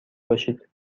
باشید